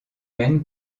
même